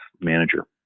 manager